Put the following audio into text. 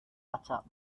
attack